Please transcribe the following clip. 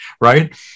right